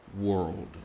world